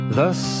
Thus